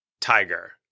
tiger